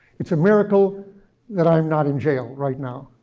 it's a miracle that i'm not in jail right now.